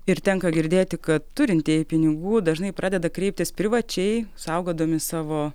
ir tenka girdėti kad turintieji pinigų dažnai pradeda kreiptis privačiai saugodami savo